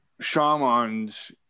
shamans